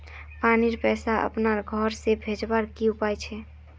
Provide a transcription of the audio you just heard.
पानीर पैसा अपना घोर से भेजवार की उपाय छे?